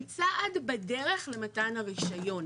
הם צעד בדרך למתן הרישיון.